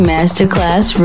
Masterclass